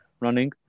running